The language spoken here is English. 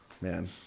Man